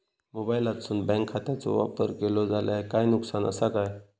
मोबाईलातसून बँक खात्याचो वापर केलो जाल्या काय नुकसान असा काय?